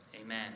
Amen